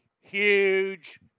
huge